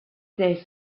they